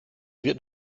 wird